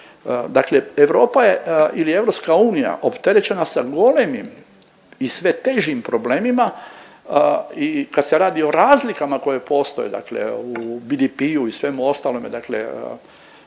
Dakle, Europa je ili EU opterećena sa golemim i sve težim problemima i kad se radi o razlikama koje postoje dakle u BDP-u i svemu ostalome dakle